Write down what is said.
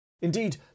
Indeed